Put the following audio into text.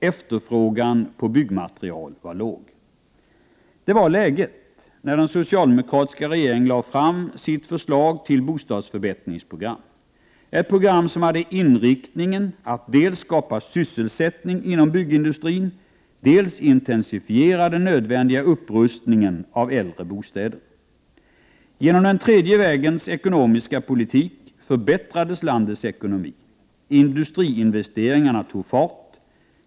Efterfrågan på byggmateriel var låg. Detta var läget när den socialdemokratiska regeringen lade fram sitt förslag till bostadsförbättringsprogram. Det var ett program som hade inriktningen att dels skapa sysselsättning inom byggindustrin, dels intensifiera den nödvändiga upprustningen av äldre bostäder. Genom den tredje vägens ekonomiska politik förbättrades landets ekonomi. Industriinvesteringarna tog fart.